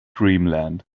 dreamland